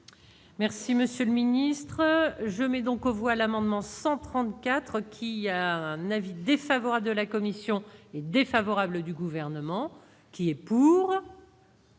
Merci monsieur le ministre, je mets donc aux voix l'amendement 134 qui a un avis défavorable de la commission est défavorable du gouvernement qui est pour.